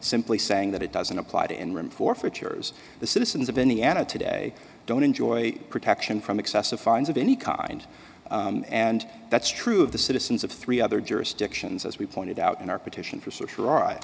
simply saying that it doesn't apply in room forfeitures the citizens of indiana today don't enjoy protection from excessive fines of any kind and that's true of the citizens of three other jurisdictions as we pointed out in our petition for s